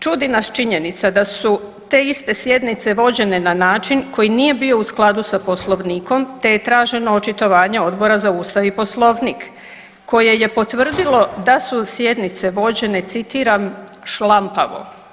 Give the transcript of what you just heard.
Čudi nas činjenica da su te iste sjednice vođene na način koji nije bio u skladu sa poslovnikom te je traženo očitovanje Odbora za Ustav i poslovnik koje je potvrdilo da su sjednice vođene, citiram „šlampavo“